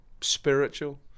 spiritual